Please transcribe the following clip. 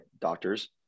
doctors